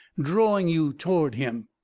drawing you toward him.